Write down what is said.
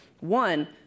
One